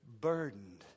burdened